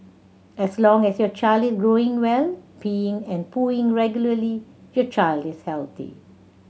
as long as your child is growing well peeing and pooing regularly your child is healthy